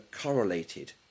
correlated